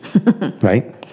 right